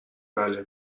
بله